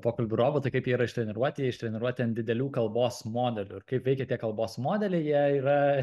pokalbių robotai kaip jie yra ištreniruoti ištreniruoti an didelių kalbos modelių ir kaip veikia tie kalbos modeliai jie yra